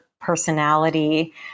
personality